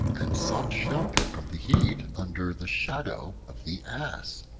and sought shelter from the heat under the shadow of the ass.